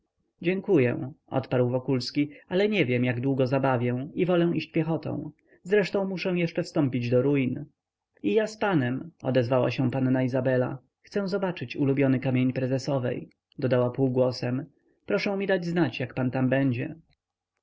dziękuję odparł wokulski nie wiem jak długo zabawię i wolę iść piechotą zresztą muszę jeszcze wstąpić do ruin i ja z panem odezwała się panna izabela chcę zobaczyć ulubiony kamień prezesowej dodała półgłosem proszę mi dać znać jak pan tam będzie